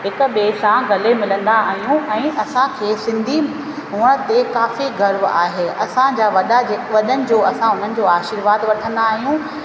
हिक ॿिए सां गले मिलंदा आहियूं ऐं असांखे सिंधी हुअण ते काफ़ी गर्व आहे असांजा वॾा जे वॾनि जो असां उन्हनि जो आशीर्वाद वठंदा आहियूं